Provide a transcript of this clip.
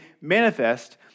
manifest